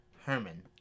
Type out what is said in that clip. Herman